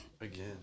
Again